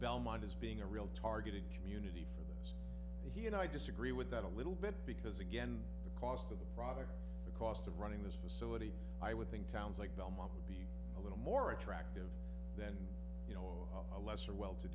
belmont as being a real targeted community for the he and i disagree with that a little bit because again the cost of the product the cost of running this facility i would think towns like belmont would be a little more attractive then you know a lesser well to